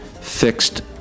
fixed